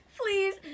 Please